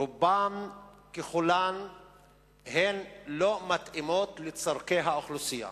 רובן ככולן לא מתאימות לצורכי האוכלוסייה.